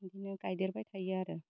इदिनो गायदेरबाय थायो आरो